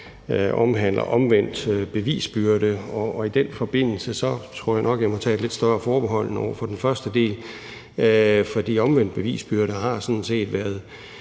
omhandler omvendt bevisbyrde, og i den forbindelse tror jeg nok, at jeg må tage et lidt større forbehold end over for den første del. For omvendt bevisbyrde har sådan set været